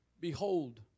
Behold